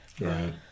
Right